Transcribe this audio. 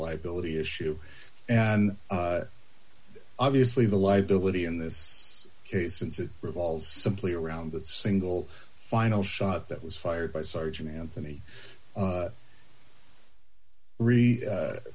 liability issue and obviously the life billet in this case since it revolves simply around that single final shot that was fired by sergeant anthony